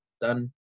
done